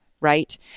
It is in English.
right